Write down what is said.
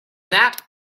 that